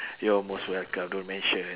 you are most welcome don't mention